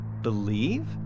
Believe